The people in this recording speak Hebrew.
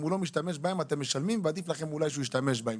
אם הוא לא משתמש בהם אתם משלמים ועדיף לכם שהוא ישתמש בהם.